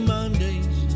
Mondays